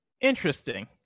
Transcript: Interesting